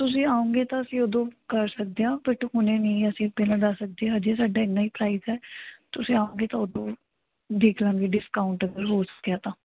ਤੁਸੀਂ ਆਓਂਗੇ ਤਾਂ ਅਸੀਂ ਉਦੋਂ ਕਰ ਸਕਦੇ ਹਾਂ ਬਟ ਹੁਣੇ ਨਹੀਂ ਅਸੀਂ ਪਹਿਲਾਂ ਦੱਸ ਸਕਦੇ ਹਜੇ ਸਾਡਾ ਇੰਨਾਂ ਹੀ ਪ੍ਰਾਈਜ ਹੈ ਤੁਸੀਂ ਆਉਂਗੇ ਤਾਂ ਉਦੋਂ ਦੇਖ ਲਵਾਂਗੇ ਡਿਸਕਾਊਂਟ ਅਗਰ ਹੋ ਸਕਿਆ ਤਾਂ